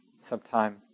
sometime